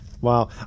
Wow